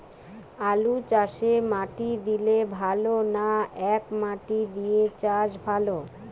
আলুচাষে মাটি দিলে ভালো না একমাটি দিয়ে চাষ ভালো?